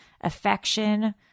affection